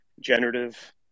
generative